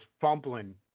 fumbling